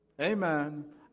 Amen